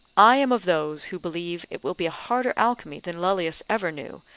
i am of those who believe it will be a harder alchemy than lullius ever knew,